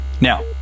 now